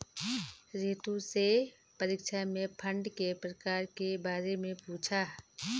रितु से परीक्षा में फंड के प्रकार के बारे में पूछा